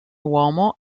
uomo